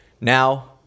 Now